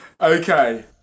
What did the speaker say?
okay